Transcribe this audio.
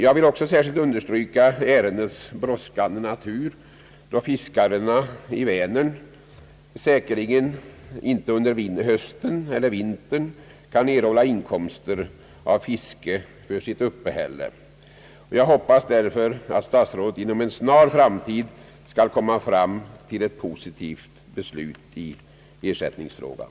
Jag vill också särskilt understryka ärendets brådskande natur, då fiskarna i Vänern säkerligen inte under hösten eller vintern kan få inkomster av fiske för sitt uppehälle. Jag hoppas därför att statsrådet inom en snar framtid skall komma fram till ett positivt beslut i ersättningsfrågan.